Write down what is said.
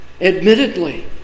Admittedly